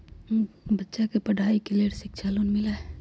बच्चा के पढ़ाई के लेर शिक्षा लोन मिलहई?